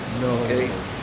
No